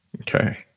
Okay